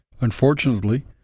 Unfortunately